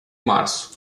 março